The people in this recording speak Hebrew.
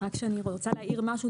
אני רק רוצה להעיר משהו.